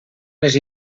les